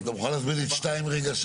אבל אתה מוכן להסביר לי את (2) רגע,